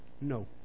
No